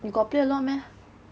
you got play a lot meh